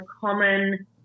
common